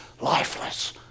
lifeless